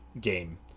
game